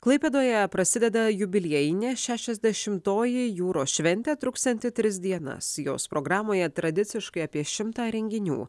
klaipėdoje prasideda jubiliejinė šešiasdešimtoji jūros šventė truksianti tris dienas jos programoje tradiciškai apie šimtą renginių